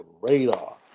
radar